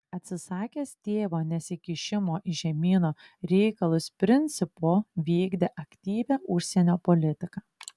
atsisakęs tėvo nesikišimo į žemyno reikalus principo vykdė aktyvią užsienio politiką